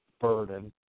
burden